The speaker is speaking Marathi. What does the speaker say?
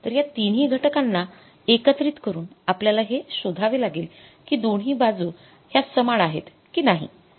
तर या तिन्ही घटकांना एकत्रित करून आपल्याला हे शोधावे लागेल कि दोन्ही बाजू ह्या समान आहेत कि नाही